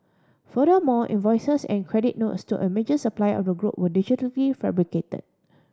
furthermore invoices and credit notes to a major supplier of the group were digitally fabricated